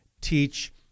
teach